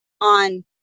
on